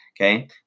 Okay